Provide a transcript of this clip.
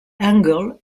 angle